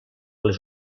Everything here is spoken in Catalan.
les